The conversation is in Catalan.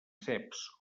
ceps